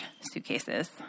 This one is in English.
suitcases